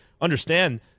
understand